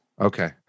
Okay